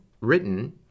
Written